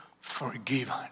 forgiven